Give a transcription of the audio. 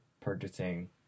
purchasing